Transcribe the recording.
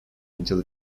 until